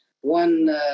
one